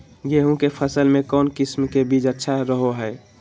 गेहूँ के फसल में कौन किसम के बीज अच्छा रहो हय?